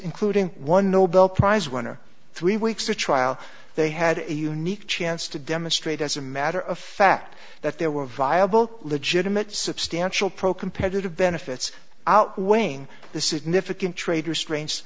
including one nobel prize winner three weeks a trial they had a unique chance to demonstrate as a matter of fact that there were viable legitimate substantial pro competitive benefits outweigh now the significant trader stra